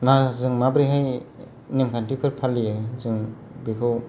जों माबोरैहाय नेमखान्थिफोर फालियो जों बेखौ